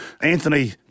Anthony